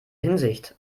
hinsicht